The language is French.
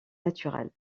naturelle